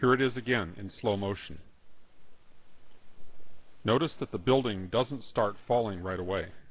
here it is again in slow motion i notice that the building doesn't start falling right away